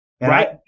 Right